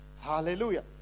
hallelujah